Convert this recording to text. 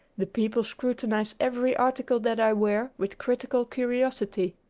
the people scrutinize every article that i wear with critical curiosity.